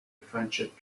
friendship